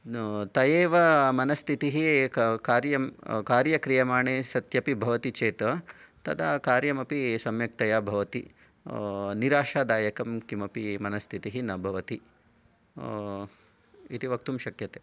न त एव मनस्थितिः कार्यं कार्य क्रियमाणे सत्यपि भवति चेत् तदा कार्यमपि सम्यक्तया भवति निराशादायकं किमपि मनस्थितिः न भवति इति वक्तुं शक्यते